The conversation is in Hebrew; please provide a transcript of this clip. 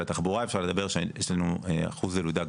התחבורה אפשר לומר שיש לנו אחוז ילודה גבוה,